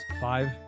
five